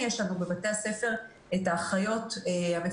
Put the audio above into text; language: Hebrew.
אני מצטרפת לדברים של חבריי שלא קיבלנו תשובות